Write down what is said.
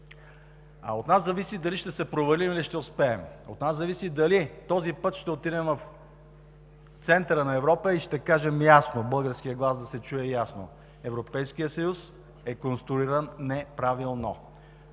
От нас зависи дали ще се провалим, или ще успеем. От нас зависи дали този път ще отидем в центъра на Европа и ще кажем ясно, да се чуе ясно българският глас: Европейският съюз е конструиран неправилно.